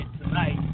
tonight